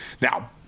Now